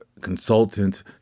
consultant